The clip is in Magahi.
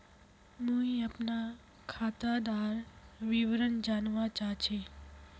मुई अपना खातादार विवरण जानवा चाहची?